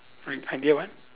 r~ ideal what